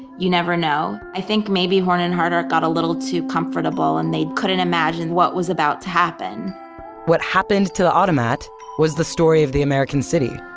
you never know. i think maybe horn and hardart got a little too comfortable, and they couldn't imagine what was about to happen what happened to the automat was the story of the american city.